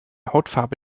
hautfarbe